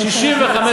זה מה שאנחנו רוצים.